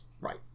Right